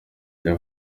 jya